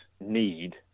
need